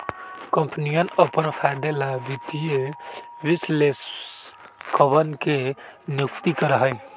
कम्पनियन अपन फायदे ला वित्तीय विश्लेषकवन के नियुक्ति करा हई